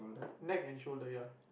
neck and shoulder ya